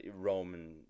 Roman